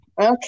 Okay